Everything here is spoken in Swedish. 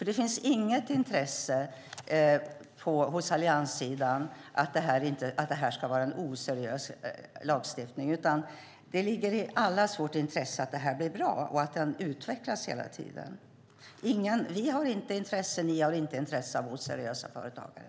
Det finns inte något intresse hos allianssidan för att det ska vara en oseriös lagstiftning. Det ligger i allas vårt intresse att det här blir bra och att det utvecklas hela tiden. Vi har inget intresse av oseriösa företagare.